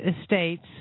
estates